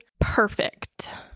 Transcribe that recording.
perfect